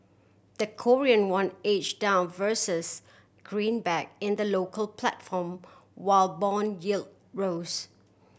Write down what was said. the Korean won edge down versus greenback in the local platform while bond yield rose